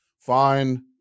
fine